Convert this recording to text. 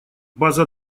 база